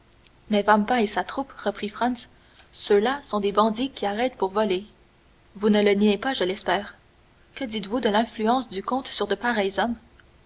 mais vampa et sa troupe reprit franz ceux-là sont des bandits qui arrêtent pour voler vous ne le niez pas je l'espère que dites-vous de l'influence du comte sur de pareils hommes